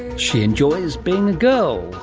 she enjoys being a girl.